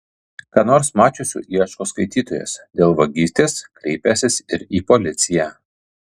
ką nors mačiusių ieško skaitytojas dėl vagystės kreipęsis ir į policiją